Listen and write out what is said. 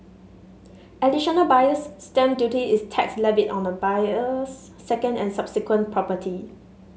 additional Buyer's Stamp Duty is tax levied on a buyer's second and subsequent property